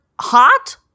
hot